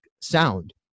sound